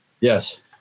yes